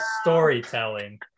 storytelling